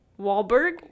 Wahlberg